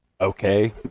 okay